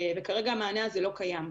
כרגע המענה הזה לא קיים.